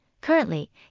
currently